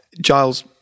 Giles